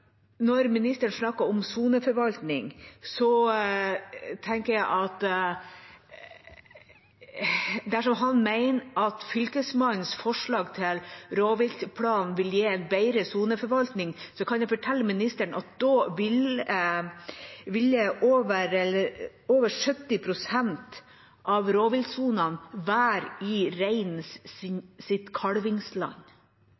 snakker statsråden om soneforvaltning. Dersom han mener at Statsforvalterens forslag til rovviltplan vil gi en bedre soneforvaltning, kan jeg fortelle statsråden at da ville over 70 pst. av rovviltsonene være i reinens kalvingsland. Det kan umulig være en bra soneforvaltning. Vindmølleparken ved Kalvvatnan i